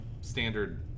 standard